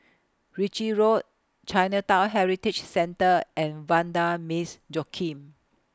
Ritchie Road Chinatown Heritage Centre and Vanda Miss Joaquim